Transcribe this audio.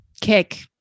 Kick